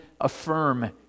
affirm